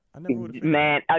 Man